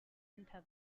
into